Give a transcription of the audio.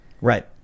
Right